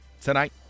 tonight